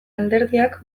alderdiak